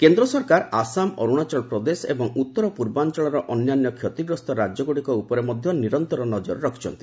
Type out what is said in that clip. କେନ୍ଦ୍ର ସରକାର ଆସାମ ଅରୁଣାଚଳ ପ୍ରଦେଶ ଏବଂ ଉତ୍ତର ପୂର୍ବାଞ୍ଚଳର ଅନ୍ୟାନ୍ୟ କ୍ଷତିଗ୍ରସ୍ତ ରାଜ୍ୟଗୁଡ଼ିକ ଉପରେ ମଧ୍ୟ ନିରନ୍ତର ନଜର ରଖିଛନ୍ତି